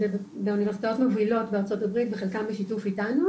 באוניברסיטאות מובילות בארצות הברית בחלקן בשיתוף איתנו